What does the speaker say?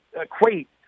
equate